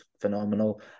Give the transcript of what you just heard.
phenomenal